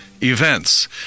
events